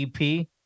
ep